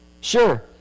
Sure